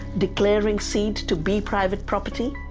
declaring seeds to be private property,